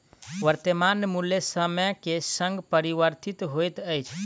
वर्त्तमान मूल्य समय के संग परिवर्तित होइत अछि